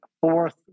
fourth